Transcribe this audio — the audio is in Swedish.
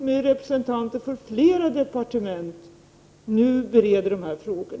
1988/89:72 representanter från flera departement nu bereder dessa frågor.